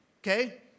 okay